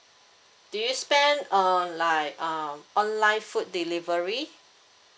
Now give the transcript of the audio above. do you spend on like uh online food delivery